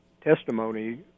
testimony